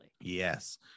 yes